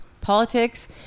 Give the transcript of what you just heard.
politics